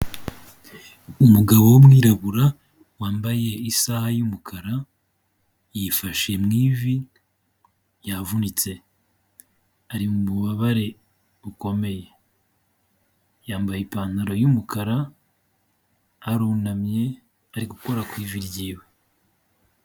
Umugabo w'umwirabura wambaye isaha y'umukara, yifashe mu ivi yavunitse, ari mu mububabare bukomeye, yambaye ipantaro y'umukara, arunamye, ari gukora ku ivi ryiwe.